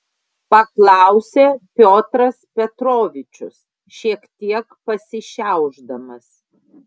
paklausė piotras petrovičius šiek tiek pasišiaušdamas